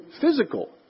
physical